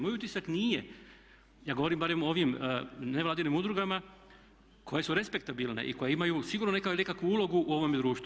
Moj utisak nije, ja govorim barem o ovim nevladinim udrugama koje su respektabilne i koje imaju sigurno nekakvu ulogu u ovome društvu.